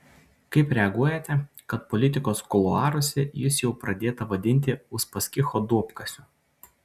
kaip reaguojate kad politikos kuluaruose jus jau pradėta vadinti uspaskicho duobkasiu